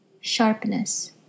sharpness